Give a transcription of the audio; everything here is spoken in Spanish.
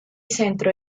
centro